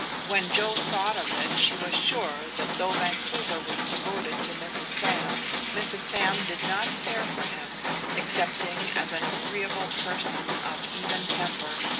when joe thought of it she was sure that though vancouver was devoted to mrs. sam, mrs. sam did not care for him excepting as an agreeable person of even temper,